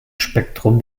spektrum